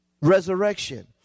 resurrection